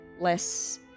less